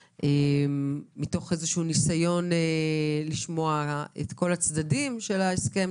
מתוך איזשהו ניסיון לשמוע את כל הצדדים של ההסכם,